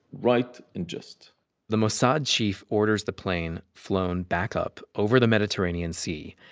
right and just the mossad chief orders the plane flown back up over the mediterranean sea,